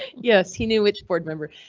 yes, he knew which board member,